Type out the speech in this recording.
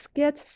get